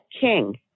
king